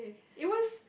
it was